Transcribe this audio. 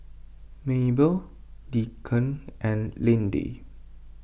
Mabelle Deacon and Lindy